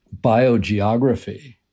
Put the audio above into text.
biogeography